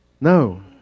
No